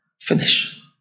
Finish